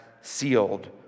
sealed